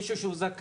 מישהו שהוא זכאי,